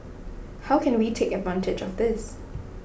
how can we take advantage of this